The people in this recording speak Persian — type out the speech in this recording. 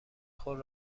خود